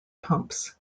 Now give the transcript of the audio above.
pumps